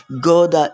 God